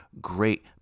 great